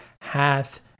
hath